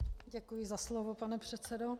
Děkuji za slovo, pane předsedo.